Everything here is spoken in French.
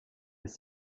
les